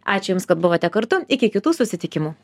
ačiū jums kad buvote kartu iki kitų susitikimų